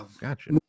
gotcha